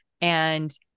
And-